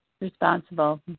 responsible